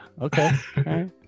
Okay